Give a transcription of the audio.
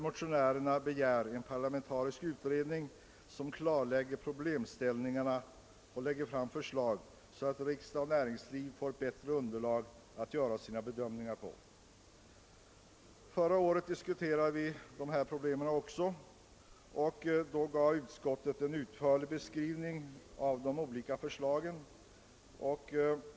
Motionärerna begär en parlamentarisk utredning, som skall klargöra problemställningarna och lägga fram förslag så att riksdagen och näringslivet får ett bättre underlag för sina bedömningar. Också förra året diskuterade vi dessa problem, och utskottet gav då en utförlig redovisning av de olika förslagen.